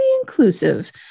inclusive